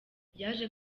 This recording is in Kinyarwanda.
yaje